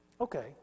Okay